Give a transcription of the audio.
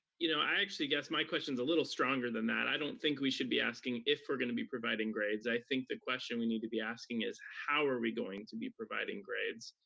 you know i actually guess my question's a little stronger than that. i don't think we should be asking if we're gonna be providing grades, i think the question we need to be asking is how are we going to be providing grades,